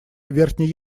верхний